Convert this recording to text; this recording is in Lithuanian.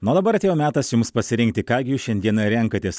nu o dabar atėjo metas jums pasirinkti ką gi jūs šiandieną renkatės